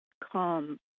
calm